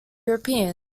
europeans